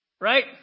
Right